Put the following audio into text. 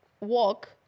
walk